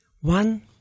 One